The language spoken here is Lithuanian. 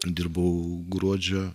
dirbau gruodžio